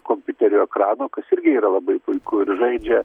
kompiuterio ekrano kas irgi yra labai puiku ir žaidžia